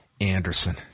Anderson